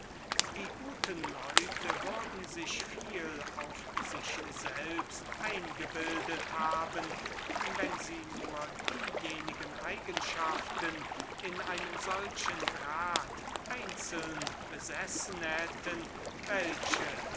die guten leute würden sich viel auf sich selbst eingebildet haben wenn sie nur diejenigen eigenschaften in einem solchen grad einzeln besessen hätten welche